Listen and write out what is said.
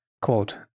Quote